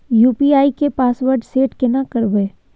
UPI के password set केना करबे?